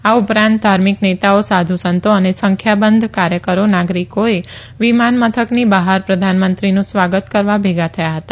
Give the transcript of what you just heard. આ ઉપરાંત ધાર્મિક નેતાઓ સાધુ સંતો અને સંખ્યાબંધ કાર્યકરો નાગરિકો વિમાન મથકની બહાર પ્રધાનમંત્રીનું સ્વાગત કરવા ભેગા થયા હતા